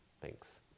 Thanks